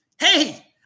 Hey